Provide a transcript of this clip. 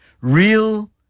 real